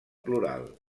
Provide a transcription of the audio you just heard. plural